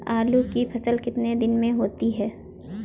आलू की फसल कितने दिनों में होती है?